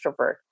extrovert